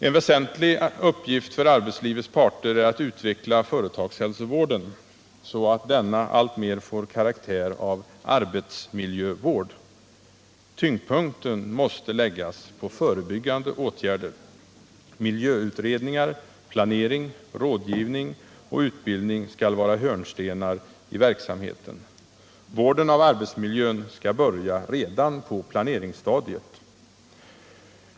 En väsentlig uppgift för arbetslivets parter är att utveckla företagshälsovården så att denna alltmer får karaktär av arbetsmiljövård. Tyngdpunkten måste läggas på förebyggande åtgärder. Miljöutredningar, planering, rådgivning och utbildning skall vara hörnstenar i verksamheten. Vården av arbetsmiljön skall börja redan på planeringsstadiet.